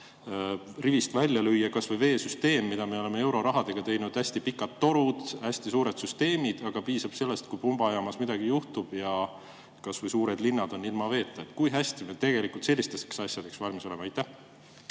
rivist välja lüüa kas või veesüsteem, mida me oleme eurorahaga teinud – hästi pikad torud, hästi suured süsteemid –, piisab sellest, kui pumbajaamas midagi juhtub, ja suured linnad on ilma veeta. Kui hästi me tegelikult sellisteks asjadeks valmis oleme?